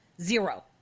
Zero